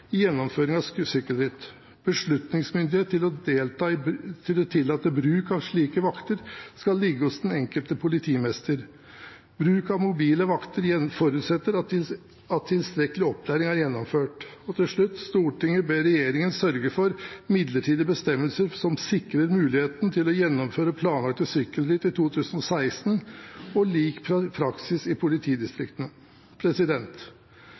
Beslutningsmyndighet til å tillate bruk av slike vakter skal ligge hos den enkelte politimester. Bruk av mobile vakter forutsetter at tilstrekkelig opplæring er gjennomført. III Stortinget ber regjeringen sørge for midlertidige bestemmelser som sikrer muligheten til å gjennomføre planlagte sykkelritt i 2016 og lik praksis i